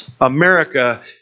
America